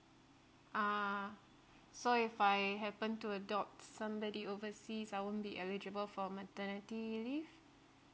ah so if I happen to adopt somebody overseas I won't be eligible for maternity leave